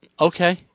Okay